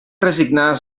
resignar